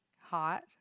Hot